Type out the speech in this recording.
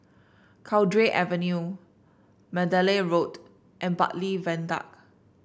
Cowdray Avenue Mandalay Road and Bartley Viaduct